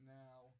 now